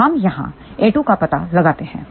तो हम यहाँ a2 का पता लगाते हैं